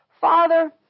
Father